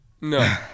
No